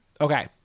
okay